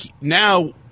now –